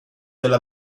della